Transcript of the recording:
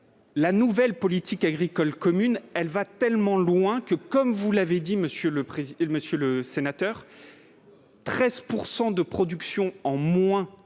La nouvelle politique agricole commune va tellement loin que, comme vous l'avez dit, monsieur le sénateur, la production diminuera